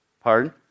Pardon